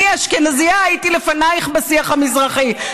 אני, האשכנזייה, הייתי לפנייך בשיח המזרחי.